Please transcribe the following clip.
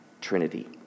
Trinity